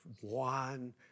one